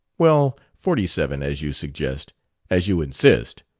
well, forty-seven, as you suggest as you insist.